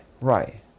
right